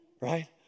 right